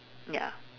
ya